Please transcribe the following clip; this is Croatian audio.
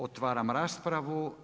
Otvaram raspravu.